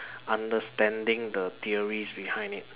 understanding the theories behind it